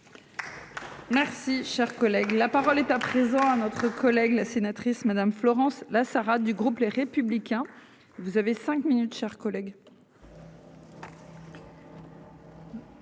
Si cher collègue, la parole est à présent à notre collègue la sénatrice Madame Florence là Sarah du groupe les républicains. Vous avez 5 minutes, chers collègues.